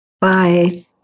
Bye